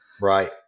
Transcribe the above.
Right